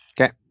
Okay